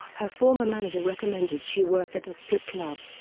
her former manager recommended she work at a strip club.